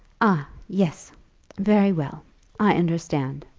ah, yes very well i understand,